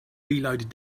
reloaded